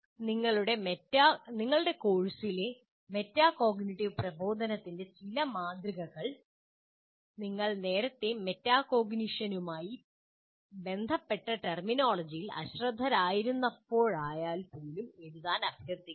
നിങ്ങളുടെ കോഴ്സ് ലെ മെറ്റാകോഗ്നിറ്റീവ് പ്രബോധനത്തിന്റെ ചില മാതൃകകൾ നിങ്ങൾ നേരത്തെ മെറ്റാകോഗ്നിഷനുമായി ബന്ധപ്പെട്ട ടെർമിനോളജിയിൽ അശ്രദ്ധരായിരുന്നപ്പോഴായാലും എഴുതാൻ അഭ്യർത്ഥിക്കുന്നു